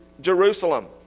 Jerusalem